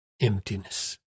emptiness